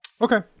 Okay